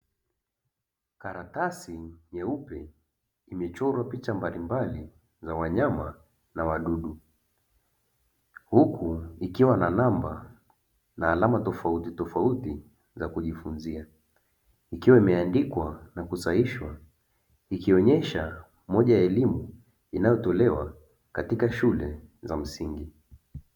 Karatasi nyeupe imechorwa picha mbalimbali za wanyama na wadudu huku ikiwa na namba na alama tofautitofauti za kujifunzia, ikiwa imeandikwa na kusahishwa ikionyesha moja ya elimu inayotolewa katika shule za msingi.